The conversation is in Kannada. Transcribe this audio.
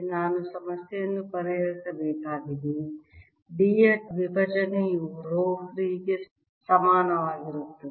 ನಾನು ಸಮಸ್ಯೆಗಳನ್ನು ಪರಿಹರಿಸಬೇಕಾಗಿದೆ D ಯ ವಿಭಜನೆಯು ರೋ ಫ್ರೀ ಗೆ ಸಮಾನವಾಗಿರುತ್ತದೆ